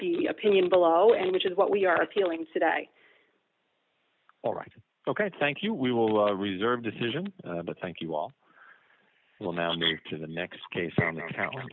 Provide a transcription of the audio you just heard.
the opinion below and which is what we are appealing today all right ok thank you we will reserve decision but thank you all well now to the next case